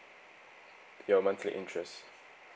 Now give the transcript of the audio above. your monthly interest